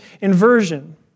inversion